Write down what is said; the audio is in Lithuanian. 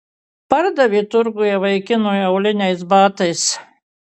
pardavė turguje vaikinui auliniais batais